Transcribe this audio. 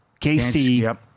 KC